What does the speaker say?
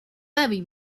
very